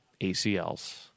ACLs